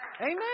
Amen